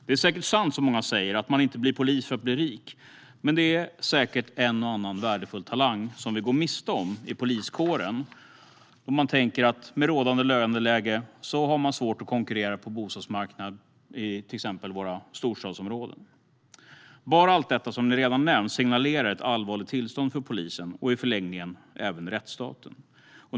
Det är säkert sant, som många säger, att man inte blir polis för att bli rik. Men det är säkert en och annan värdefull talang som vi går miste om i poliskåren med tanke på att man med rådande löneläge har svårt att konkurrera på bostadsmarknaden i till exempel våra storstadsområden. Bara allt det som redan nämnts signalerar ett allvarligt tillstånd för polisen och i förlängningen även rättsstaten.